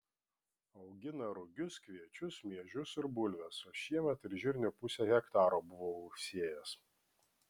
augina rugius kviečius miežius ir bulves o šiemet ir žirnių pusę hektaro buvo užsėjęs